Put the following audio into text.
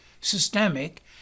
systemic